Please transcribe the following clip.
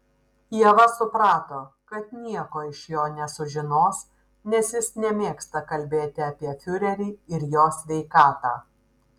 ieva suprato kad nieko iš jo nesužinos nes jis nemėgsta kalbėti apie fiurerį ir jo sveikatą